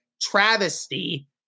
travesty